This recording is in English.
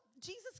Jesus